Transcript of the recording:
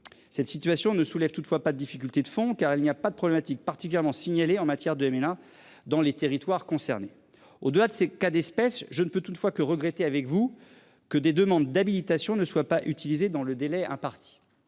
Cette situation ne soulève toutefois pas de difficultés de fond car il n'y a pas de problématique particulièrement signalé en matière de hein dans les territoires concernés. Au-delà de ces cas d'espèce, je ne peux toutefois que regretter avec vous que des demandes d'habilitation ne soit pas utilisé dans le délai imparti.